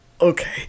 Okay